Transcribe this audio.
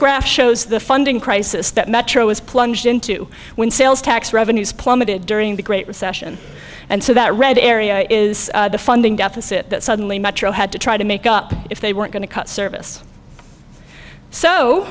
shows the funding crisis that metro is plunged into when sales tax revenues plummeted during the great recession and so that red area is funding deficit that suddenly metro had to try to make up if they weren't going to cut service so